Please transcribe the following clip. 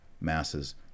masses